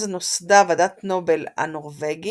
אז נוסדה ועדת נובל הנורווגית,